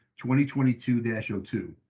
2022-02